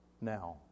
now